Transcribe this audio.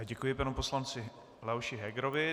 Děkuji panu poslanci Leoši Hegerovi.